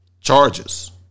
charges